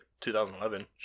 2011